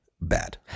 bad